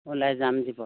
ওলাই যাম